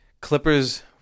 Clippers